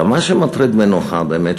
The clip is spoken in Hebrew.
מה שמטריד מנוחה באמת,